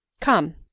come